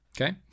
Okay